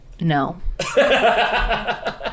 No